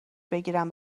بگیرم